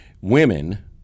women